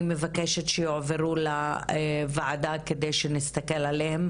אני מבקשת שיועברו לוועדה כדי שנסתכל עליהם,